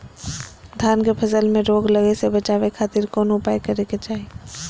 धान के फसल में रोग लगे से बचावे खातिर कौन उपाय करे के चाही?